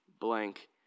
blank